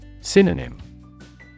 Synonym